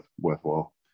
worthwhile